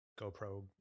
GoPro